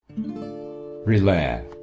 Relax